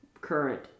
Current